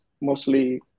mostly